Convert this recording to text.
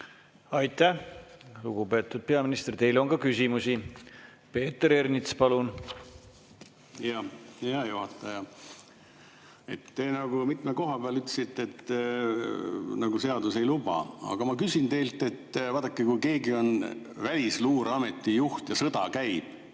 Aitäh, lugupeetud peaminister! Teile on ka küsimusi. Peeter Ernits, palun! Hea juhataja! Te mitme koha peal ütlesite, et seadus ei luba. Aga ma küsin teilt, et vaadake, kui keegi on Välisluureameti juht ja sõda käib